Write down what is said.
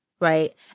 Right